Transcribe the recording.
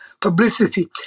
publicity